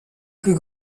plus